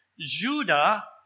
Judah